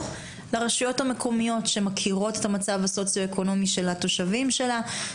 או לרשויות המקומיות שמכירות את המצב הסוציו-אקונומי של התושבים שלה.